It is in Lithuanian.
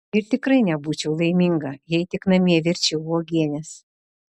ir tikrai nebūčiau laiminga jei tik namie virčiau uogienes